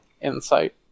insight